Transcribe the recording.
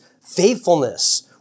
faithfulness